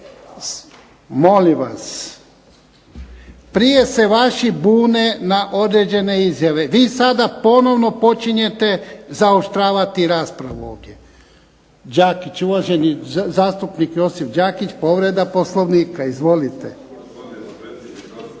Molim vas. Prije se vaši bune na određene izjave. Vi sada ponovno počinjete zaoštravati raspravu ovdje. Đakić, uvaženi zastupnik Josip Đakić, povreda Poslovnika. Izvolite.